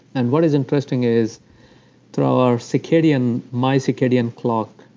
and what is interesting is through our circadian my circadian clock,